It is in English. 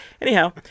Anyhow